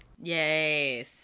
Yes